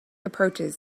approaches